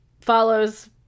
follows